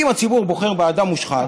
אם הציבור בוחר באדם מושחת,